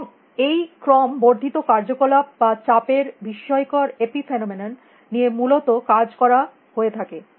এবং এই ক্রম বর্ধিত কার্যকলাপ বা চাপের বিস্ময়কর এপিফেনোমেনন নিয়ে মূলত কাজ করা হয়ে থাকে